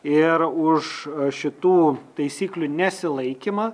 ir už šitų taisyklių nesilaikymą